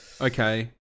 Okay